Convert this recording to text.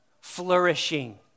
flourishing